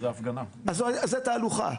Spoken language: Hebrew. אז זו תהלוכה.